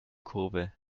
kurve